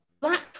black